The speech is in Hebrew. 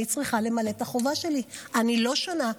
אני צריכה למלא את החובה שלי, אני לא שונה.